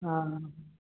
हाँ